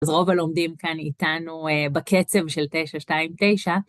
אז רוב הלומדים כאן איתנו בקצב של 929.